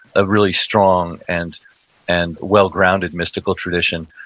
a really strong and and well grounded mystical tradition.